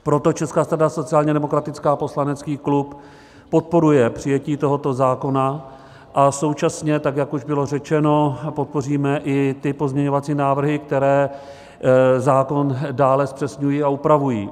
Proto Česká strana sociálně demokratická a poslanecký klub podporují přijetí tohoto zákona a současně, jak už bylo řečeno, podpoříme i ty pozměňovací návrhy, které zákon dále zpřesňují a upravují.